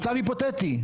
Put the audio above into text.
מצב היפותטי.